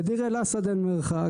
בדיר אל אסד אין מרחק,